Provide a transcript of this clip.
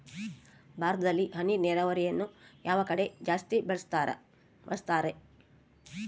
ಭಾರತದಲ್ಲಿ ಹನಿ ನೇರಾವರಿಯನ್ನು ಯಾವ ಕಡೆ ಜಾಸ್ತಿ ಬಳಸುತ್ತಾರೆ?